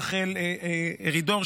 רחל ארידור,